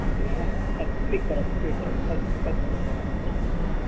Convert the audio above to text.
हा अस्तु अस्तु स्वीकरोतु स्वीकरोतु अस्तु अस्तु अहं